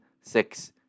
six